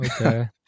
Okay